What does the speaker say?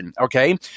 Okay